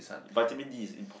Vitamin D is important